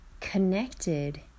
connected